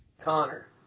Connor